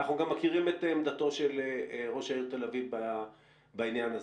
אנחנו גם מכירים את עמדתו של ראש העיר תל אביב בעניין הזה.